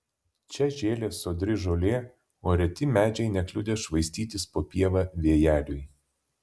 čia žėlė sodri žolė o reti medžiai nekliudė švaistytis po pievą vėjeliui